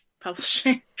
publishing